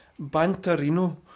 Bantarino